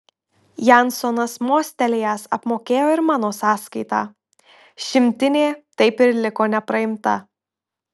jansonas mostelėjęs apmokėjo ir mano sąskaitą šimtinė taip ir liko nepraimta